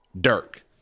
Dirk